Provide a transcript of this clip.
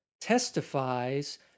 testifies